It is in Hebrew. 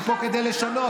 אני פה כדי לשנות.